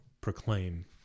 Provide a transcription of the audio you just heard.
proclaim